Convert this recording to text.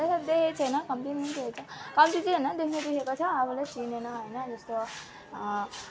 त्यो सब देखेको छैन कम्ती नै देखेको छ कम्ती चाहिँ होइन देख्न चाहिँ देखेको छ अब उसलाई चिनिनँ होइन जस्तो